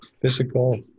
physical